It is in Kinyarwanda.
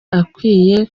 akwiye